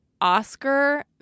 Oscar